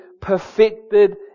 perfected